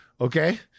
Okay